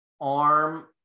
arm